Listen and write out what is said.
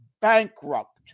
bankrupt